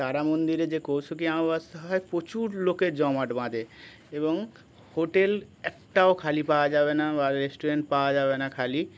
তারা মন্দিরে যে কৌশিকী অমাবস্যা হয় প্রচুর লোকে জমাট বাঁধে এবং হোটেল একটাও খালি পাওয়া যাবে না বা রেস্টুরেন্ট পাওয়া যাবে না খালি